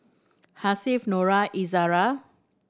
Hasif Nura Izara